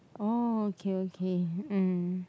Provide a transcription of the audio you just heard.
oh okay okay mm